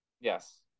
yes